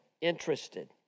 interested